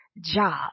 job